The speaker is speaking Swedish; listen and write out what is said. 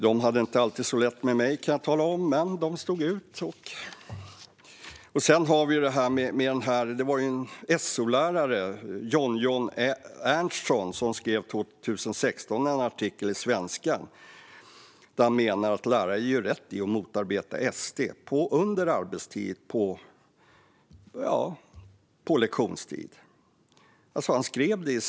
De hade det inte alltid så lätt med mig, kan jag tala om, men de stod ut. År 2016 skrev en SO-lärare, John-John Ernstsson, en artikel i Svenska Dagbladet, där han menade att lärare gör rätt i att motarbeta SD på lektionstid.